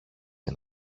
για